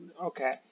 okay